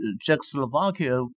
Czechoslovakia